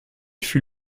fut